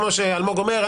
כמו שאלמוג אומר,